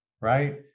right